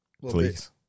Please